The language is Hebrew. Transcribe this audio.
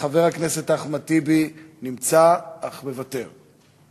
חבר הכנסת אחמד טיבי, נמצא אך מוותר.